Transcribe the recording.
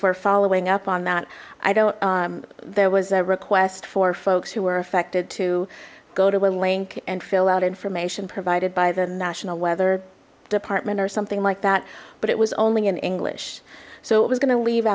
for following up on that i don't there was a request for folks who were affected to go to a link and fill out information provided by the national weather department or something like that but it was only in english so it was gonna leave